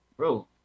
Bro